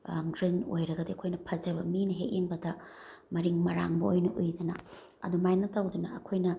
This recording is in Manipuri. ꯒ꯭ꯔꯤꯟ ꯑꯣꯏꯔꯒꯗꯤ ꯑꯩꯈꯣꯏꯅ ꯐꯖꯕ ꯃꯤꯅ ꯍꯦꯛ ꯌꯦꯡꯕꯗ ꯃꯔꯤꯡ ꯃꯔꯥꯡꯕ ꯑꯣꯏꯅ ꯎꯏꯗꯅ ꯑꯗꯨꯃꯥꯏꯅ ꯇꯧꯗꯅ ꯑꯩꯈꯣꯏꯅ